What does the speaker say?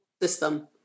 system